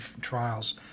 trials